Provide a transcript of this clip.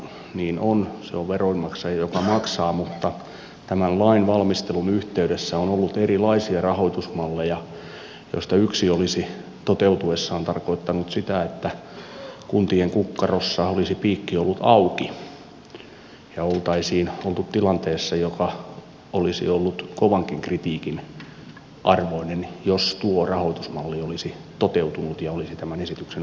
niin on se on veronmaksaja joka maksaa mutta tämän lain valmistelun yhteydessä on ollut erilaisia rahoitusmalleja joista yksi olisi toteutuessaan tarkoittanut sitä että kuntien kukkarossa olisi piikki ollut auki ja oltaisiin oltu tilanteessa joka olisi ollut kovankin kritiikin arvoinen jos tuo rahoitusmalli olisi toteutunut ja olisi tämän esityksen osana